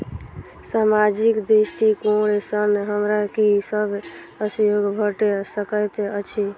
सामाजिक दृष्टिकोण सँ हमरा की सब सहयोग भऽ सकैत अछि?